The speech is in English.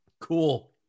cool